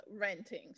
renting